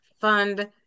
fund